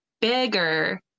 bigger